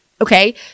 Okay